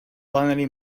finally